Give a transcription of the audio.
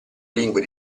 lingue